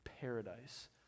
paradise